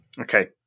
Okay